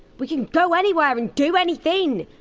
we can go anywhere and do anything!